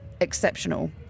exceptional